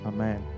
Amen